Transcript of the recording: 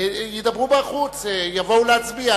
ידבר בחוץ ויבוא להצביע,